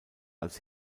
als